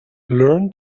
learn